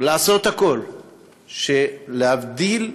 לעשות הכול כדי להבדיל,